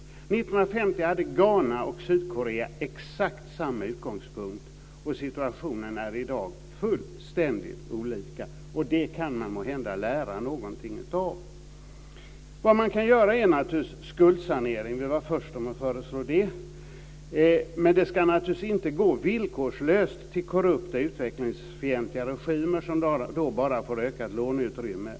1950 hade Ghana och Sydkorea exakt samma utgångsläge, och situationen är i dag fullständigt olika. Det kan man måhända lära något av. Vad man kan göra är naturligtvis skuldsanering. Vi var först om att föreslå det. Men det ska förstås inte villkorslöst gå till korrupta, utvecklingsfientliga regimer som då bara får ökat låneutrymme.